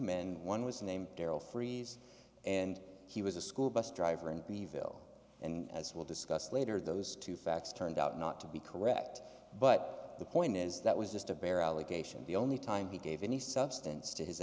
and one was named daryl freeze and he was a school bus driver and greville and as we'll discuss later those two facts turned out not to be correct but the point is that was just a bare allegation the only time he gave any substance to his